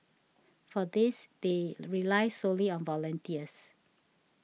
for this they rely solely on volunteers